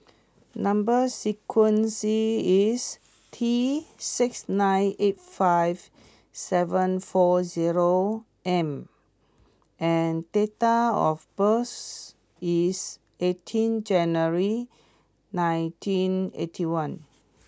number sequence is T six nine eight five seven four zero M and date of birth is eighteen January nineteen eighty one